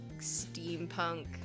steampunk